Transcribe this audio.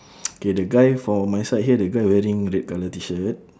K the guy for my side here the guy wearing red colour T-shirt